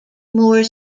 moor